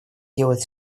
делает